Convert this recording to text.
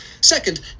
Second